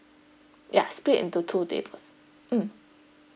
yeah split into two tables mm